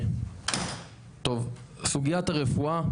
סוגיית הרפואה,